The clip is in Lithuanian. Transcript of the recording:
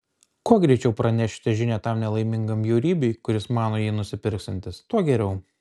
kuo greičiau pranešite žinią tam nelaimingam bjaurybei kuris mano jį nusipirksiantis tuo geriau